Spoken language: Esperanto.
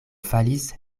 falis